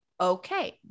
okay